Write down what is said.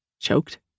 choked